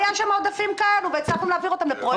היו שם עודפים והצלחנו להעביר אותם לפרויקטים חשובים.